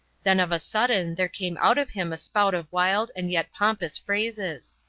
then of a sudden there came out of him a spout of wild and yet pompous phrases.